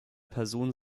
person